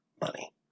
money